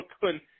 Brooklyn